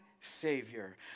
savior